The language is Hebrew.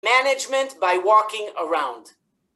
Management by walking around.